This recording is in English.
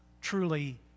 Truly